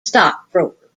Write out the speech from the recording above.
stockbroker